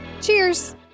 Cheers